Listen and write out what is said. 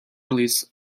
release